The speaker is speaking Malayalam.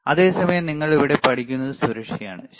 അതേ സമയം നിങ്ങൾ ഇവിടെ പഠിക്കുന്നത് സുരക്ഷയാണ് ശരി